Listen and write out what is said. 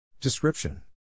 Description